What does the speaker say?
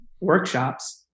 workshops